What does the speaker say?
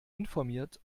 informiert